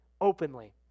openly